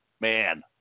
man